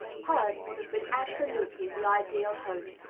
hers would have been absolutely the ideal home.